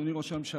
אדוני ראש הממשלה,